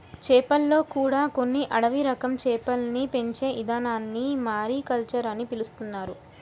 చేపల్లో కూడా కొన్ని అడవి రకం చేపల్ని పెంచే ఇదానాన్ని మారికల్చర్ అని పిలుత్తున్నారు